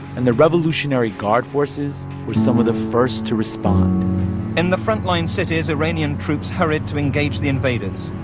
and the revolutionary guard forces were some of the first to respond in the frontline cities, iranian troops hurried to engage the invaders.